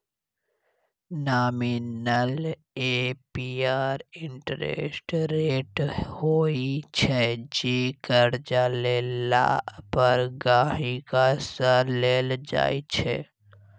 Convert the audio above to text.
nominal APR interest rate होइ छै जे करजा लेला पर गांहिकी सँ लेल जाइ छै